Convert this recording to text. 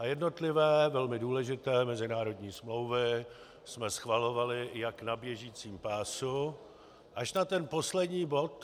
Jednotlivé velmi důležité mezinárodní smlouvy jsme schvalovali jak na běžícím pásu až na ten poslední bod.